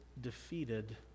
defeated